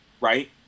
right